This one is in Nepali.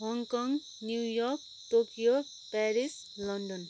Hong Kong New York Tokyo Paris London